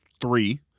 three